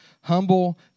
humble